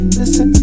listen